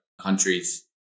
countries